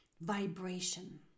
vibration